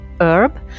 herb